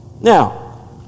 now